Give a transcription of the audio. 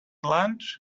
lunch